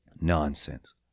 nonsense